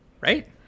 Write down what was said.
Right